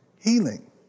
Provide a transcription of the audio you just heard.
healing